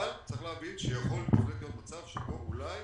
אבל צריך להבין שיכול להיות מצב שבו אולי